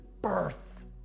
birth